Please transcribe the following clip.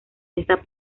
esta